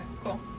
cool